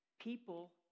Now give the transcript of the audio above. People